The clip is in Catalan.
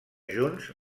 junts